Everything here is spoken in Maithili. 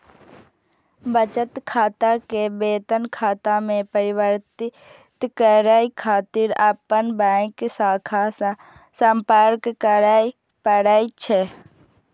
बचत खाता कें वेतन खाता मे परिवर्तित करै खातिर अपन बैंक शाखा सं संपर्क करय पड़ै छै